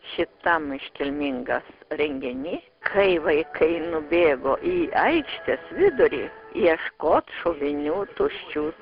šitam iškilmingas renginy kai vaikai nubėgo į aikštės vidurį ieškot šovinių tuščių